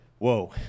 whoa